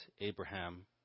Abraham